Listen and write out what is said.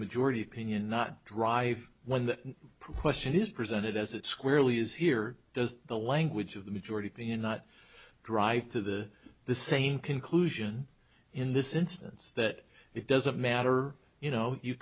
majority opinion not drive when the proportion is presented as it squarely is here or does the language of the majority opinion not drive to the the same conclusion in this instance that it doesn't matter you know you